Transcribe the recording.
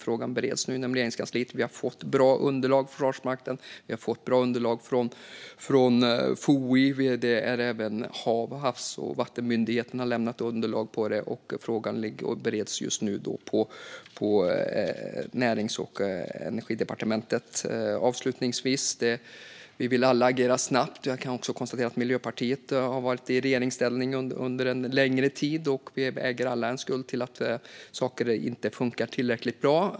Frågan bereds nu inom Regeringskansliet, och vi har fått bra underlag från Försvarsmakten och från FOI. Även Havs och vattenmyndigheten har lämnat underlag, och frågan bereds nu på Klimat och näringslivsdepartementet. Avslutningsvis: Vi vill alla agera snabbt. Jag kan konstatera att också Miljöpartiet har varit i regeringsställning under en längre tid, och vi äger alla en skuld till att saker inte funkar tillräckligt bra.